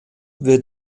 wird